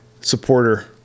supporter